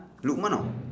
lukman ah